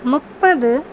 முப்பது